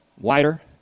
wider